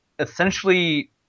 essentially